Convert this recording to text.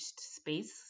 space